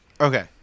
Okay